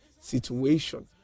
situation